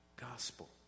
gospel